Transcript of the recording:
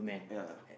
ya